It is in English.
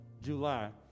July